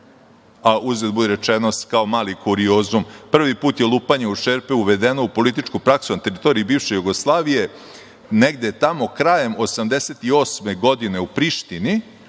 a, uzgred budi rečeno kao mali kuriozum, prvi put je lupanje u šerpe uvedeno u političku praksu na teritoriji bivše Jugoslavije, negde tamo krajem 1988. godine u Prištini,